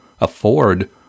afford